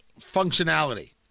functionality